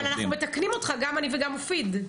אבל אנחנו מתקנים אותך, גם אני וגם מופיד.